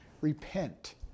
repent